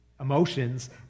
emotions